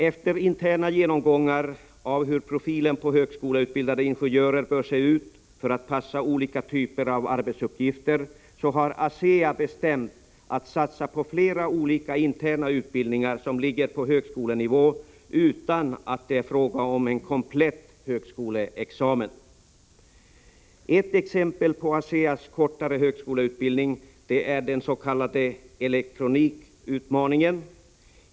Efter interna genomgångar av hur profilen på högskoleutbildade ingenjörer bör se ut för att passa olika typer av arbetsuppgifter har ASEA beslutat satsa på flera olika interna utbildningar som ligger på högskolenivå utan att det är fråga om en komplett högskoleexamen. Ett exempel på ASEA:s kortare högskoleutbildning är den s.k. elektronikutmaningen.